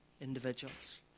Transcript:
individuals